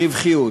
הרווחיות.